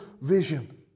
vision